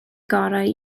gorau